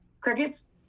crickets